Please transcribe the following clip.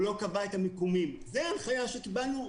הוא לא קבע את המיקומים זאת ההנחיה שקיבלנו.